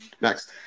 Next